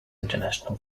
international